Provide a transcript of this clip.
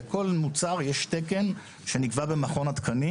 לכל מוצר יש תקן שנקבע במכון התקנים.